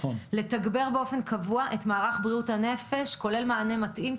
לתגבר באופן קבוע את מערך בריאות הנפש כולל מענה מתאים,